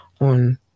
on